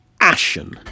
ashen